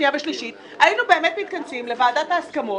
קריאה שנייה ושלישית היינו באמת מתכנסים לוועדת ההסכמות.